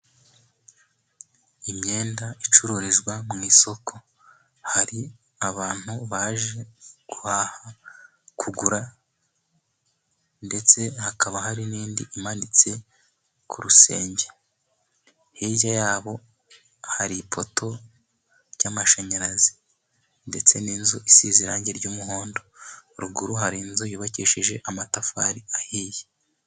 Imyenda icururizwa mu isoko. Hari abantu baje guhaha, kugura, ndetse hakaba hari n'indi imanitse ku rusenge. Hirya yabo hari ipoto y'amashanyarazi. Ndetse n'inzu isize irangi ry'umuhondo. Ruguru hari inzu yubakishije amatafari ahiye.